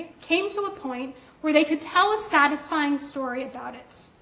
came to a point where they could tell a satisfying story about it.